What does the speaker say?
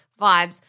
vibes